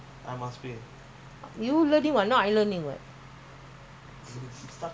instructor money face instructor need to earn also what he also need money correct a not